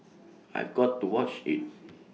I've got to watch IT